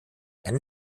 einen